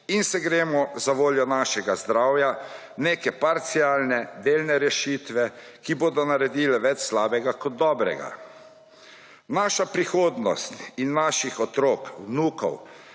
in se gremo zavoljo našega zdravja neke parcialne, delne rešitve, ki bodo naredile več slabega kot dobrega? Naša prihodnost in naših otrok, vnukov